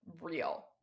real